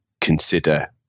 consider